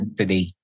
today